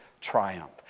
triumph